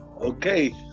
Okay